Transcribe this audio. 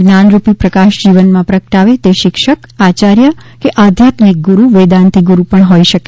જ્ઞાનરૂપી પ્રકાશ જીવનમાં પ્રગટાવે તે શિક્ષખ આચાર્ય કે આધ્યાત્મિક ગુરૂ વેદાંતી ગુરૂ પણ હોઇ શકે